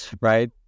right